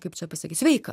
kaip čia pasakyt sveiką